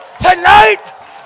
tonight